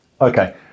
Okay